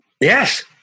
Yes